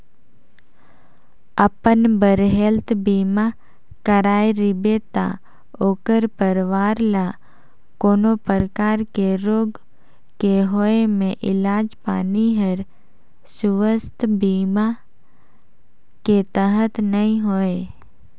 अपन बर हेल्थ बीमा कराए रिबे त ओखर परवार ल कोनो परकार के रोग के होए मे इलाज पानी हर सुवास्थ बीमा के तहत नइ होए